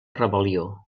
rebel·lió